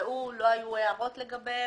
שהוקראו ולא היו הערות לגביהם.